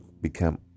become